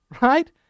right